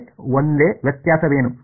ಗೆ ಒಂದೇ ವ್ಯತ್ಯಾಸವೇನು